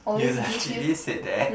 you legitly said that